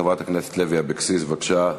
חברת הכנסת לוי אבקסיס, בבקשה.